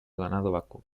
ganado